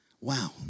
Wow